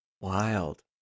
wild